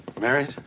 Married